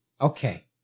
Okay